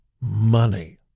money